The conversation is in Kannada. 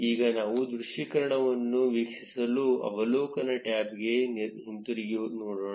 ಈಗ ನಾವು ದೃಶ್ಯೀಕರಣವನ್ನು ವೀಕ್ಷಿಸಲು ಅವಲೋಕನ ಟ್ಯಾಬ್ಗೆ ಹಿಂತಿರುಗಿ ನೋಡೋಣ